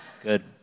Good